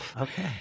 Okay